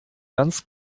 ganz